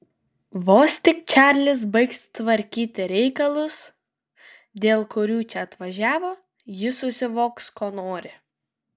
vos tik čarlis baigs tvarkyti reikalus dėl kurių čia atvažiavo jis susivoks ko nori